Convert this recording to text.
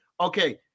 okay